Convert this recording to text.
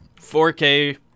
4K